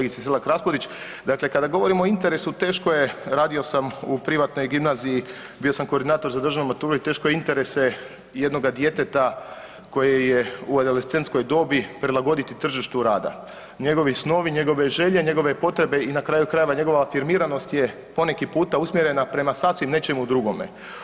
Zahvaljujem kolegice Selak Raspudić, dakle kada govorimo o interesu, teško je, radio sam u privatnoj gimnaziji, bio sam koordinator za državnu maturu i teško je interese jednoga djeteta koje je u adolescentskoj dobi prilagoditi tržištu rada, njegovi snovi, njegove želje, njegove potrebe i na kraju krajeva njegova afirmiranost je poneki puta usmjerena prema sasvim nečemu drugome.